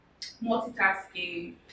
multitasking